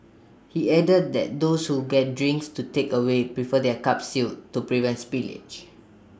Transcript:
he added that those who get drinks to takeaway prefer their cups sealed to prevent spillage